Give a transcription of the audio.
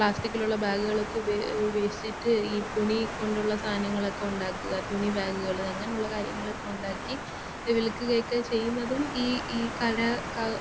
പ്ലാസ്റ്റിക്കിലുള്ള ബാഗുകളൊക്കെ ഉപ ഉപയോഗിച്ചിട്ട് ഈ തുണി കൊണ്ടുള്ള സാധനങ്ങളൊക്കെ ഉണ്ടാക്കുക തുണി ബാഗുകൾ അങ്ങനെയുള്ള കാര്യങ്ങളൊക്കെ ഉണ്ടാക്കി വിൽക്കുകയൊക്കെ ചെയ്യുന്നതും ഈ ഈ കര ക